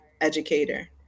educator